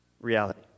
reality